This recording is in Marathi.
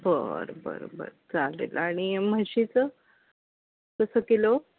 बरं बरं बरं चालेल आणि म्हशीचं कसं किलो